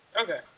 Okay